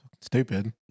Stupid